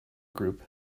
group